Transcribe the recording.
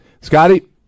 Scotty